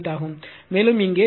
98578 ஆகும் மேலும் இங்கே 0